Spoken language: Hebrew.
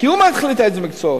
כי הוא מחליט איזה מקצועות.